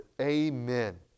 Amen